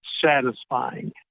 satisfying